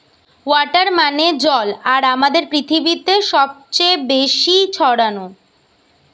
water মানে জল আর আমাদের পৃথিবীতে সবচে বেশি ছড়ানো